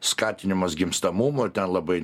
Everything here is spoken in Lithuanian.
skatinimas gimstamumo ir ten labai